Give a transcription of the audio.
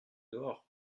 dehors